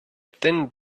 thin